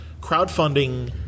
crowdfunding